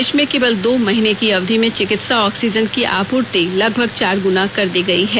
देश में केवल दो महीने की अवधि में चिकित्सा ऑक्सीजन की आपूर्ति लगभग चार गुना कर दी गई है